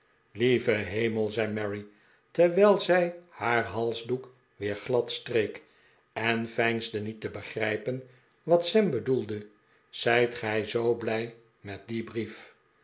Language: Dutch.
lieve hemel zei mary terwijl zij haar halsdoek weer glad streek en veinsde niet te begrijpen wat sam bedoelde zijt gij zoo blij met dien brief